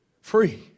free